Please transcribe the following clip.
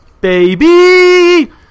Baby